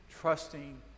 trusting